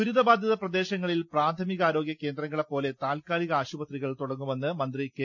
ദുരിതബാധിത പ്രദേശങ്ങളിൽ പ്രാഥമികാരോഗ്യ കേന്ദ്രങ്ങളെപ്പോലെ താത്ക്കാലിക ആശുപത്രികൾ തുടങ്ങുമെന്ന് മന്ത്രി കെ